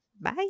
Bye